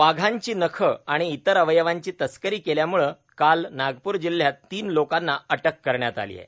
वाघांची नख आणि इतर अवयवांची तस्करी केल्यामुळे काल नागपूर जिल्ह्यात तीन लोकांना अटक करण्यात आली आहे